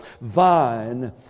Vine